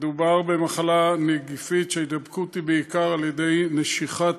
מדובר במחלה נגיפית שההידבקות בה היא בעיקר מנשיכה